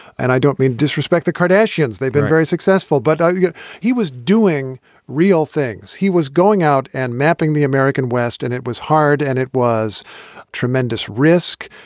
and i don't mean disrespect the cardassians. they've been very successful, but you know he was doing real things. he was going out and mapping the american west. and it was hard and it was tremendous risk.